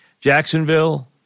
Jacksonville